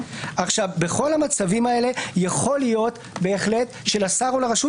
בכל המצבים האלה יכול להיות שלשר או לרשות